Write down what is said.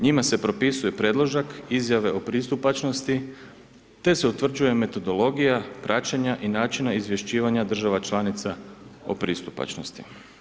Njima se propisuje predložak izjave o pristupačnosti, te se utvrđuje metodologija praćenja i načina izvješćivanja država članica o pristupačnosti.